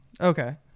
Okay